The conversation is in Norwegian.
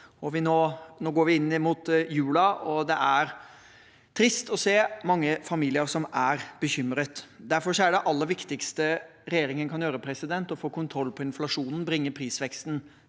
Nå går vi inn mot julen, og det er trist å se at mange familier er bekymret. Derfor er det aller viktigste regjeringen kan gjøre, å få kontroll på inflasjonen og bringe prisveksten